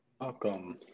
Welcome